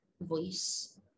voice